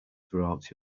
throughout